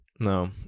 No